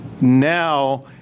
now